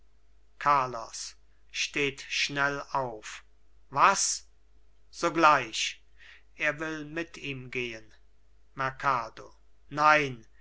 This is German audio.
carlos steht schnell auf was sogleich er will mit ihm gehen merkado nein